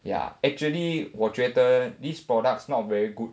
ya actually 我觉得 these products not very good